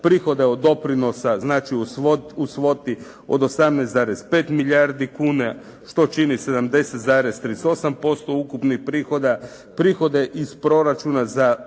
Prihode od doprinosa, znači u svoti od 18,5 milijardi kuna, što čini 70,38% ukupnih prihoda. Prihode iz proračuna za obveze